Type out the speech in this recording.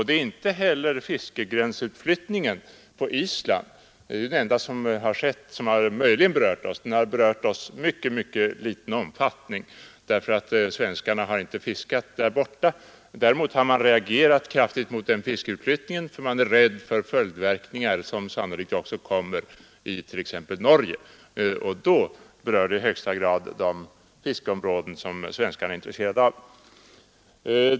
Det är inte heller en följd av fiskegränsutflyttningen på Island. Den har direkt berört oss i mycket liten omfattning, för svenskarna har knappast fiskat där borta. Däremot har man reagerat kraftigt mot fiskegränsutflyttningen på grund av dess följdverkningar, som sannolikt också kommer t.ex. i Norge. Om norrmännen följer efter berörs däremot i högsta grad de fiskeområden som svenskarna är intresserade av.